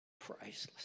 Priceless